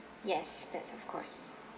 yes that's of course